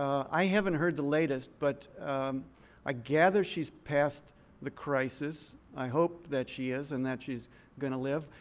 i haven't heard the latest. but i gather she's passed the crisis. i hope that she is and that she's going to live.